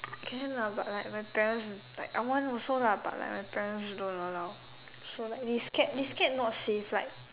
can lah but like my parents like I want also lah but like my parents don't allow so like they scared they scared not safe like